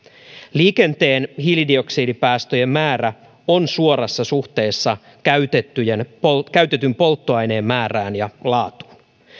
liikenteen hiilidioksidipäästöjen määrä on suorassa suhteessa käytetyn polttoaineen määrään ja laatuun